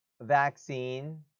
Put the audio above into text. vaccine